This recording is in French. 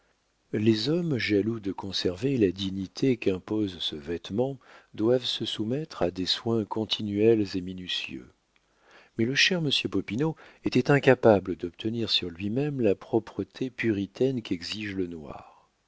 les hommes jaloux de conserver la dignité qu'impose ce vêtement doivent se soumettre à des soins continuels et minutieux mais le cher monsieur popinot était incapable d'obtenir sur lui-même la propreté puritaine qu'exige le noir